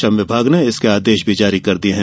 श्रम विभाग ने इसके आदेश भी जारी कर दिये हैं